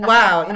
Wow